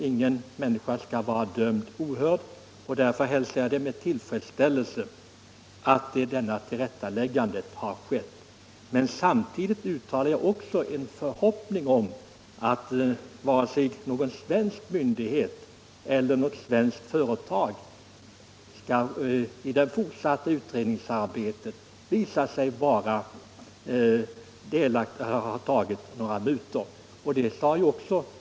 Ingen människa skall vara dömd ohörd, och därför hälsar jag det med tillfredsställelse att detta tillrättaläggande har skett. Men samtidigt uttalar jag också en förhoppning om att det i det fortsatta utredningsarbetet skall visa sig att varken någon svensk myndighet eller något svenskt företag har tagit några mutor.